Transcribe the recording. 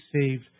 saved